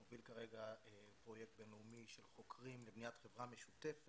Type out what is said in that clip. מוביל כרגע פרויקט בינלאומי של חוקרים לבניית חברה משותפת.